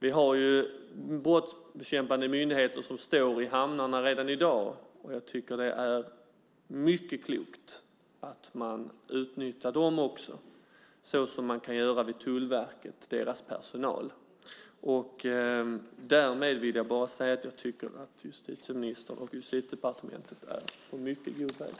Vi har brottsbekämpande myndigheter som står i hamnarna redan i dag. Det är mycket klokt att man också utnyttjar dem såsom man kan göra med Tullverkets personal. Därmed vill jag säga att justitieministern och Justitiedepartementet är på mycket god väg.